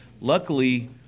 Luckily